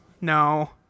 No